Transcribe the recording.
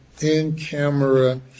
in-camera